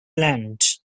land